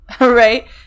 Right